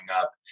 up